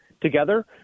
together